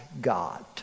God